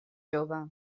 jove